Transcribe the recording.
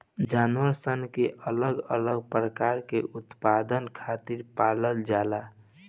जानवर सन के अलग अलग प्रकार के उत्पाद खातिर पालल जाला